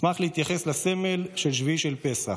אשמח להתייחס לסמל של שביעי של פסח,